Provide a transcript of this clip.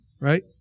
right